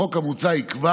החוק המוצע יקבע